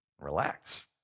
Relax